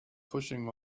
pushing